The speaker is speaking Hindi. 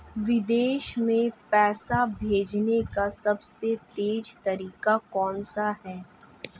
विदेश में पैसा भेजने का सबसे तेज़ तरीका कौनसा है?